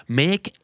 make